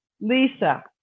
Lisa